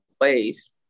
ways